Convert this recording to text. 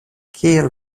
kiel